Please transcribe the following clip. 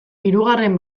hirugarren